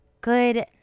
good